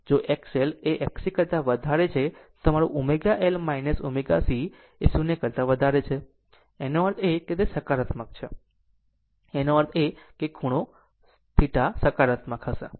જો XL એ Xc કરતા વધારે છે તો તે તમારું ω L ω c એ 0 કરતા વધારે છે એનો અર્થ એ કે તે સકારાત્મક છે જેનો અર્થ છે ખૂણો θ હકારાત્મક હશે